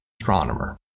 astronomer